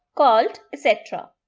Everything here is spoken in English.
called etc.